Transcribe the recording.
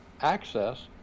access